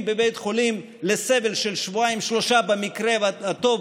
בבית חולים לסבל של שבועיים-שלושה במקרה הטוב,